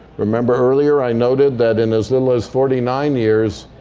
remember earlier i noted that in as little as forty nine years,